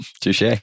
Touche